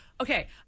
okay